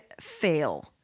Fail